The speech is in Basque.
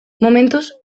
momentuz